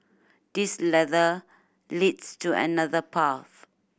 this ladder leads to another path